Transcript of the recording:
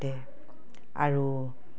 আৰু